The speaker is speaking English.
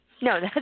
No